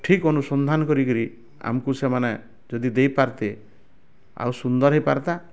ଠିକ୍ ଅନୁସନ୍ଧାନ କରିକିରି ଆମକୁ ସେମାନେ ଯଦି ଦେଇପାରିତେ ଆଉ ସୁନ୍ଦର ହେଇପାରନ୍ତା